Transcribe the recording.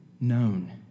known